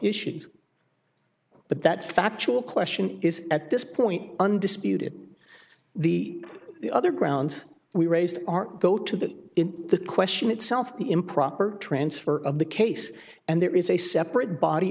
issues but that factual question is at this point undisputed the other grounds we raised our go to that in the question itself the improper transfer of the case and there is a separate body